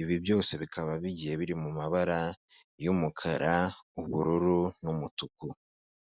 ibi byose bikaba bigiye biri mu mabara y'umukara, ubururu n'umutuku.